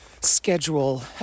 schedule